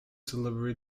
delivery